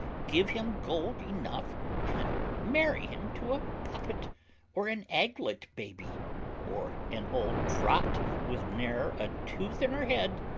give him gold enough and marry him to a puppet or an aglet-baby or an old trot with ne'er a tooth in her head,